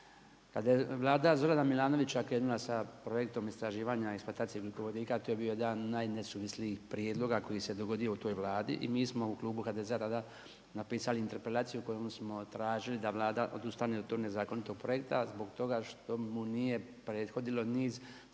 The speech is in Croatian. Kada je Vlada Zorana Milanovića krenula sa projektom istraživanja i eksploatacije ugljikovodika, to je bio jedan od najnesuvislijih prijedloga koji se dogodio u toj Vladi i mi smo u klubu HDZ-a tada napisali interpelaciju kojom smo tražili da Vlada odustane od tog nezakonitog projekta zbog toga što mu nije prethodilo niz strateških